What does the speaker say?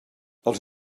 els